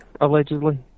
allegedly